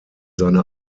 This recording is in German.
seine